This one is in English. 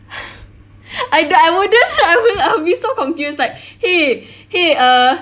I don~ I wouldn't !huh! I'll I'll be so confused like !hey! !hey! err